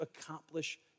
accomplish